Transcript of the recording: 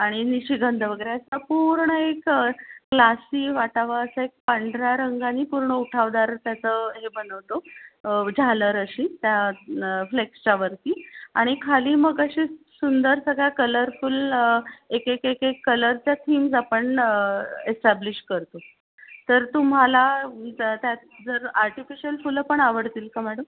आणि निशिगंध वगैरे असा पूर्ण एक क्लासी वाटावा असा एक पांढऱ्या रंगाने पूर्ण उठावदार त्याचं हे बनवतो झालर अशी त्या फ्लेक्सच्या वरती आणि खाली मग अशी सुंदर सगळ्या कलरफुल एक एक एक एक कलरच्या थीम्स आपण एस्टॅब्लिश करतो तर तुम्हाला त्यात जर आर्टिफिशियल फुलं पण आवडतील का मॅडम